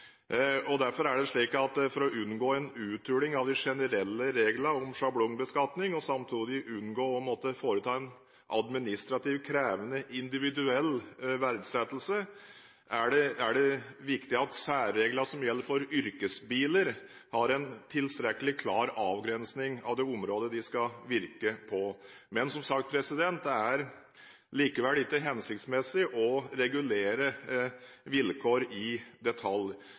For å unngå en uthuling av de generelle reglene om sjablongbeskatning og samtidig unngå å måtte foreta en administrativ krevende individuell verdsettelse er det viktig at særreglene som gjelder for yrkesbiler, har en tilstrekkelig klar avgrensning av det området de skal virke på. Men, som sagt, det er ikke hensiktsmessig å regulere vilkår i detalj.